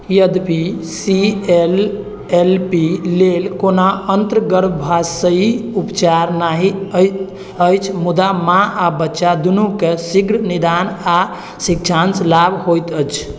यद्यपि C L L P लेल कोना अन्तगर्भाशयी उपचार नहि अछि मुदा माँ आ बच्चा दूनूके शीघ्र निदान आ शिक्षासँ लाभ होइत अछि